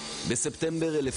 כאלה